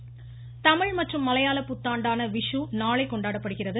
புத்தாண்டு வாழ்த்து தமிழ் மற்றும் மலையாள புத்தாண்டான விஷு நாளை கொண்டாடப்படுகிறது